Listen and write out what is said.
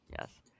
yes